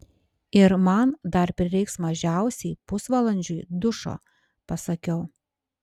ir man dar prireiks mažiausiai pusvalandžiui dušo pasakiau